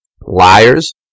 Liars